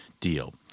deal